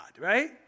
right